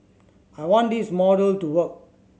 I want this model to work